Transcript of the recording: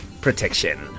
protection